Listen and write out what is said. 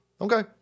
Okay